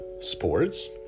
Sports